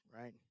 right